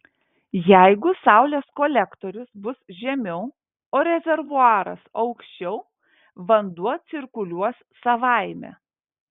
jeigu saulės kolektorius bus žemiau o rezervuaras aukščiau vanduo cirkuliuos savaime